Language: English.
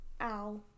ow